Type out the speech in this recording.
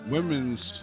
Women's